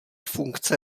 funkce